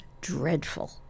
dreadful